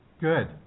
Good